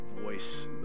voice